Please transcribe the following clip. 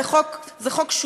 זה חוק שורה,